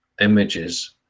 images